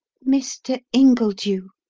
mr. ingledew,